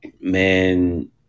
man